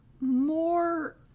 more